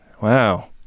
wow